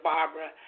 Barbara